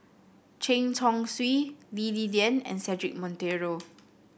Chen Chong Swee Lee Li Lian and Cedric Monteiro